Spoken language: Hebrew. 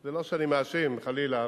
זה לא שאני מאשים חלילה,